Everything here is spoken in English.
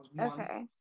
Okay